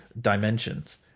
dimensions